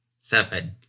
Seven